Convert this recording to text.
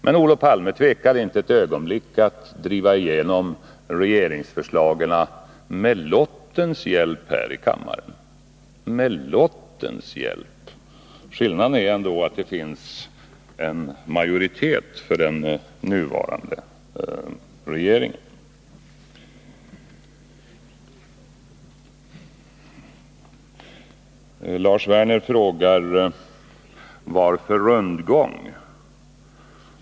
Men Olof Palme tvekade aldrig ett ögonblick att driva igenom regeringsförslagen här i kammaren med lottens hjälp. Med lottens hjälp! Skillnaden är ändå att det finns en majoritet för den nuvarande regeringen. Lars Werner frågade: Varför rundgång?